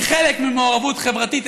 כחלק ממעורבות חברתית,